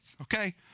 okay